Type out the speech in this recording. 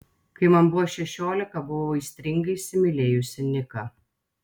kai man buvo šešiolika buvau aistringai įsimylėjusi niką